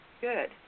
good